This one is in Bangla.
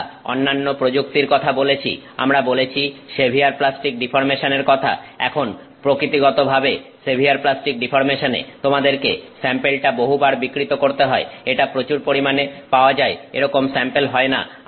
আমরা অন্যান্য প্রযুক্তির কথা বলেছি আমরা বলেছি সেভিয়ার প্লাস্টিক ডিফর্মেশন এর কথা এখন প্রকৃতিগতভাবে সেভিয়ার প্লাস্টিক ডিফর্মেশনে তোমাদেরকে স্যাম্পেলটা বহুবার বিকৃত করতে হয় এটা প্রচুর পরিমাণে পাওয়া যায় এরকম স্যাম্পেল হয় না